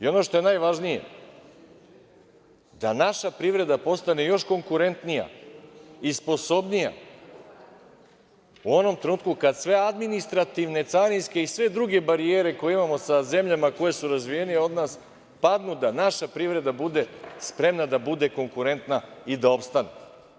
Ono što je najvažnije, da naša privreda postane još konkurentnija sposobnija u onom trenutku kad sve administrativne, carinske i sve druge barijere koje imamo sa zemljama koje su razvijenije od nas padnu, da naša privreda bude spremna da bude konkurentna i da opstane.